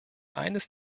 eines